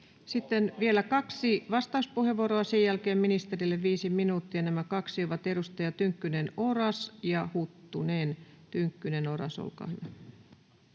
Sitten vielä kaksi vastauspuheenvuoroa, sen jälkeen ministerille viisi minuuttia. Nämä kaksi ovat edustajat Tynkkynen, Oras ja Huttunen. — Tynkkynen, Oras, olkaa hyvä.